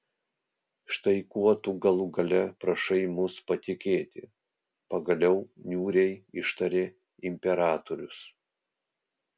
štai kuo tu galų gale prašai mus patikėti pagaliau niūriai ištarė imperatorius